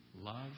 love